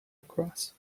across